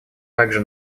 также